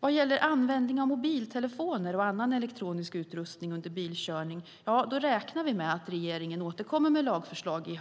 Vad gäller användning av mobiltelefoner och annan elektronisk utrustning under bilkörning räknar vi med att regeringen i höst återkommer med lagförslag